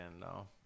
no